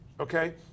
okay